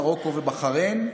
מרוקו ובחריין.